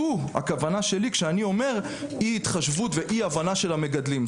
זו הכוונה שלי כשאני אומר אי התחשבות ואי הבנה של המגדלים.